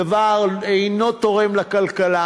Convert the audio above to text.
הדבר אינו תורם לכלכלה.